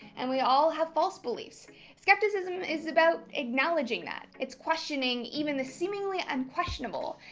and we all have false beliefs skepticism is about acknowledging that. it's questioning even the seemingly unquestionable.